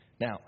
Now